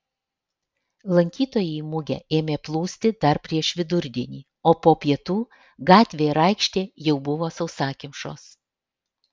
lankytojai į mugę ėmė plūsti dar prieš vidurdienį o po pietų gatvė ir aikštė jau buvo sausakimšos